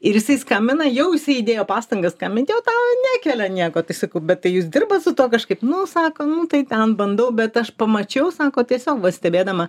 ir jisai skambina jau jisai įdėjo pastangas skambinti o tau nekelia nieko tai sakau bet tai jūs dirbat su tuo kažkaip nu sako nu tai ten bandau bet aš pamačiau sako tiesiog va stebėdama